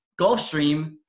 Gulfstream